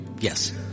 Yes